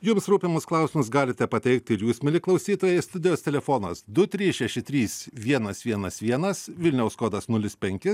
jums rūpimus klausimus galite pateikti ir jūs mieli klausytojai studijos telefonas du trys šeši trys vienas vienas vienas vilniaus kodas nulis penki